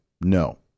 No